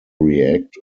react